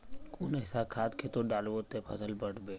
कुन ऐसा खाद खेतोत डालबो ते फसल बढ़बे?